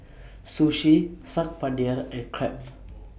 Sushi Saag Paneer and Crepe